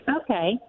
Okay